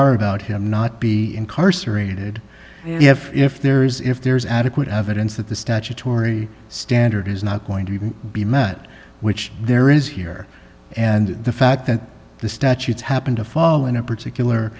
are about him not be incarcerated if there is if there's adequate evidence that the statutory standard is not going to be met which there is here and the fact that the statutes happen to fall in a particular